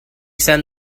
sent